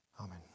Amen